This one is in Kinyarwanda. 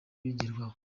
bigerwaho